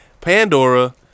Pandora